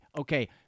okay